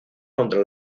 contra